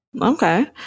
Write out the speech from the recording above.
Okay